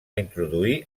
introduir